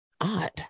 odd